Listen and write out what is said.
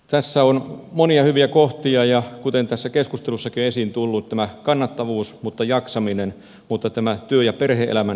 tässä on monia hyviä kohtia kuten tässä keskustelussakin on esiin tullut tämä kannattavuus mutta myös jaksaminen ja työ ja perhe elämän yhteensovittaminen